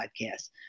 podcast